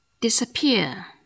Disappear